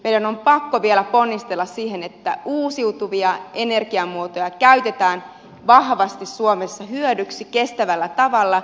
meidän on pakko vielä ponnistella että uusiutuvia energiamuotoja käytetään vahvasti suomessa hyödyksi kestävällä tavalla